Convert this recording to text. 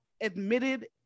admitted